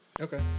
Okay